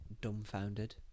dumbfounded